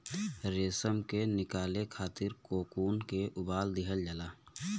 रेशम के निकाले खातिर कोकून के उबाल दिहल जाला